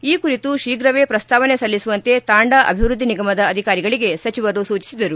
ಈ ಕುರಿತು ಶೀಘವೇ ಪ್ರಸ್ತಾವನೆ ಸಲ್ಲಿಸುವಂತೆ ತಾಂಡ ಅಭಿವೃದ್ದಿ ನಿಗಮದ ಅಧಿಕಾರಿಗಳಿಗೆ ಸಚಿವರು ಸೂಚಿಸಿದರು